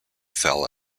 fell